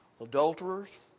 adulterers